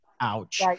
ouch